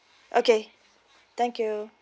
okay thank you